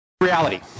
reality